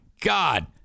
God